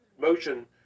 motion